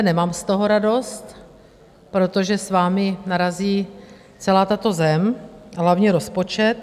Nemám z toho radost, protože s vámi narazí celá tato zem, hlavně rozpočet.